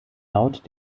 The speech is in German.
laut